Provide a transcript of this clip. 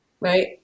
right